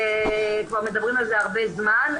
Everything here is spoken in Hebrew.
כבר מדברים על זה הרבה זמן,